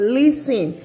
listen